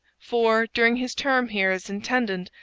for, during his term here as intendant,